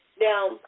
Now